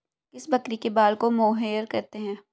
किस बकरी के बाल को मोहेयर कहते हैं?